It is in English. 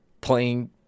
playing